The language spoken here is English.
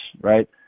right